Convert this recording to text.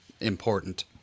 important